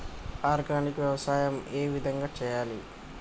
Organic వ్యవసాయం ఏ విధంగా చేయాలి?